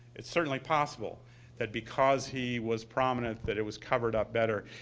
it's certainly possible that because he was prominent that it was covered up better.